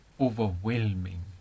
overwhelming